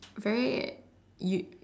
very